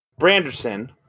Branderson